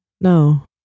No